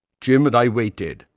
jim and i waited,